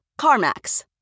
CarMax